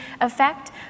effect